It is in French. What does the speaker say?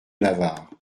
navarre